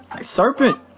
serpent